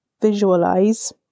visualize